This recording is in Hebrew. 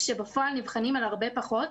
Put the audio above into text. כשבפועל נבחנים על הרבה פחות.